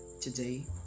today